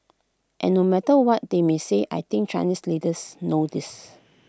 and no matter what they may say I think Chinese leaders know this